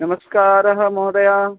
नमस्कारः महोदय